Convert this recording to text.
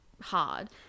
hard